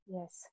Yes